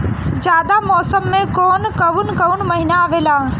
जायद मौसम में कौन कउन कउन महीना आवेला?